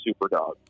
SuperDog